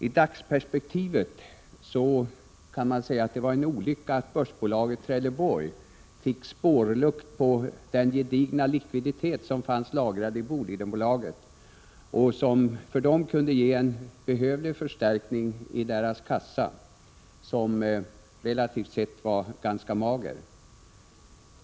I dagsperspektivet kan man säga att det var en olycka att börsbolaget Trelleborg fick spårlukt på den gedigna likviditet som fanns lagrad i Bolidenbolaget och som kunde ge dem en behövlig förstärkning i deras kassa, som relativt sett var ganska mager.